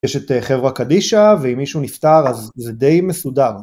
יש את חברה קדישא, ואם מישהו נפטר, אז זה די מסודר.